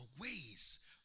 ways